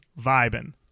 vibing